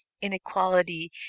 inequality